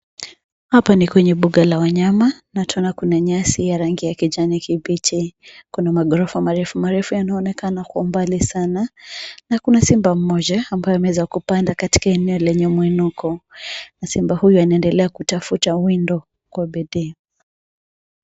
Hapa ni kwenye mbuga la wanyama na tena kuna nyasi ya rangi ya kijani kibichi. Kuna maghorofa marefu marefu yanaonekana kwa umbali sana na kuna simba mmoja ambaye ameweza kupanda katika eneo lenye mwinuko. Simba huyu anaendelea kutafta windo kwa bidii.